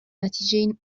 نتیجهای